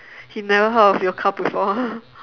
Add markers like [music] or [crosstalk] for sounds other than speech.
he never heard of before [laughs]